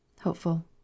Hopeful